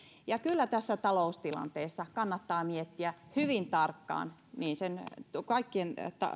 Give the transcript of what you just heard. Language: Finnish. kyllä tässä taloustilanteessa kannattaa miettiä hyvin tarkkaan kaikkien